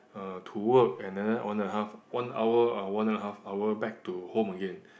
uh to work and then one and half one hour or one and half hour back to home again